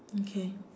okay